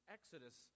Exodus